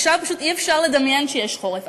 עכשיו פשוט אי-אפשר לדמיין שיש חורף,